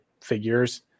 figures